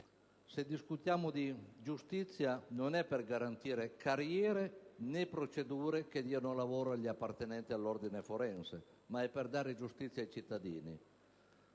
se discutiamo di giustizia non è per garantire carriere, né procedure che diano lavoro agli appartenenti all'ordine forense, ma è per dare giustizia ai cittadini.